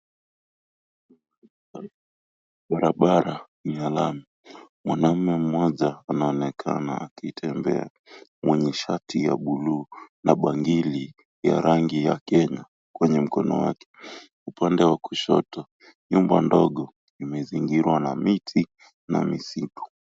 Barabara ni ya lami. Mwanaume mmoja anaonekana akitembea mwenye shati ya buluu na bangili ya rangi ya Kenya kwenye mkono wake. Upande wa kushoto nyumba ndogo imezingirwa na miti na misitu.